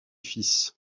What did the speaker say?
fils